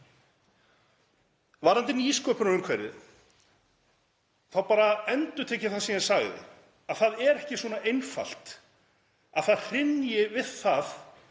Varðandi nýsköpunarumhverfið þá bara endurtek ég það sem ég sagði, að það er ekki svona einfalt að það hrynji við það